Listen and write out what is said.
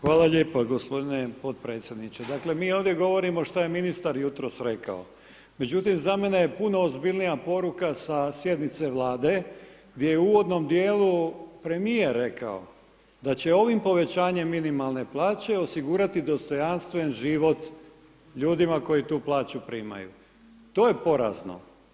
Hvala lijepo gospodine podpredsjedniče, dakle mi ovdje govorimo šta je ministar jutros rekao, međutim za mene je puno ozbiljnija poruka sa sjednice Vlade, gdje je u uvodnom dijelu premijer rekao, da će ovim povećanjem minimalne plaće osigurati dostojanstven život ljudima koji tu plaću primaju, to je porazno.